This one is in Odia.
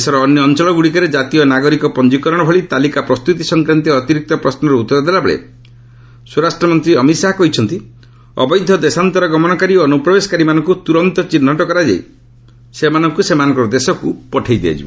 ଦେଶର ଅନ୍ୟ ଅଞ୍ଚଳଗ୍ରଡିକରେ ଜାତୀୟ ନାଗରିକ ପଞ୍ଜୀକରଣ ଭଳି ତାଲିକା ପ୍ରସ୍ତତି ସଂକ୍ରାନ୍ତୀୟ ଅତିରିକ୍ତ ପ୍ରଶ୍ୱର ଉତ୍ତର ଦେଲାବେଳେ ସ୍ୱରାଷ୍ଟ୍ରମନ୍ତ୍ରୀ ଅମିତ୍ ଶାହା କହିଛନ୍ତି ଅବୈଧ ଦେଶାନ୍ତର ଗମନକାରୀ ଓ ଅନୁପ୍ରବେଶକାରୀମାନଙ୍କୁ ତୁରନ୍ତ ଚିହ୍ନଟ କରାଯାଇ ସେମାନଙ୍କର ଦେଶକୁ ପଠାଇ ଦିଆଯିବ